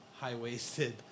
High-waisted